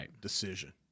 decision